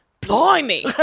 Blimey